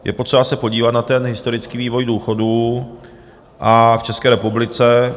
Je potřeba se podívat na ten historický vývoj důchodů v České republice.